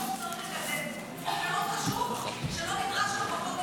וזה חוק שצריך לקדם.